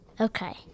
Okay